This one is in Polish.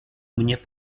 mnie